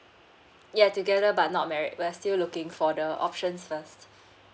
ya together but not married we are still looking for the options first